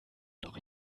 noch